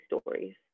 stories